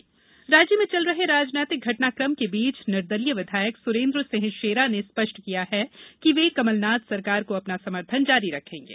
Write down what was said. राजनीतिक हलचल राज्य में चल रहे राजनीतिक घटनाकम के बीच निर्दलीय विधायक सुरेन्द्र सिंह शेरा ने स्पष्ट किया कि वे कमलनाथ सरकार को अपना समर्थन जारी रखेंगे